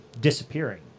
disappearing